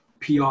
PR